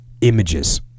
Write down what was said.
images